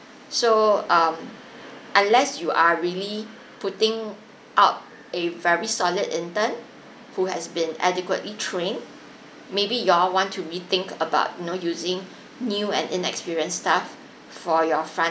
so um unless you are really putting out a very solid intern who has been adequately trained maybe you all want to rethink about know using new and inexperienced staff for your front